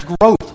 growth